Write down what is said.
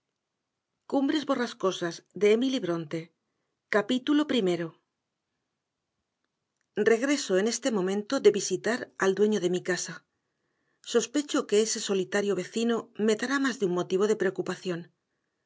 ro regreso en este momento de visitar al dueño de mi casa sospecho que ese solitario vecino me dará más de un motivo de preocupación